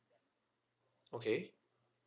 okay